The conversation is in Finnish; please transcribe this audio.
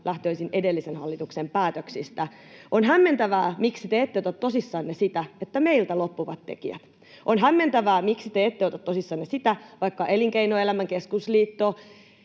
lähtöisin edellisen hallituksen päätöksistä. On hämmentävää, miksi te ette ota tosissanne sitä, että meiltä loppuvat tekijät. On hämmentävää, miksi te ette ota tosissanne sitä, vaikka Elinkeinoelämän keskusliitto,